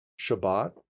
Shabbat